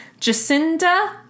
Jacinda